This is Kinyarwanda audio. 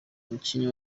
umukinnyi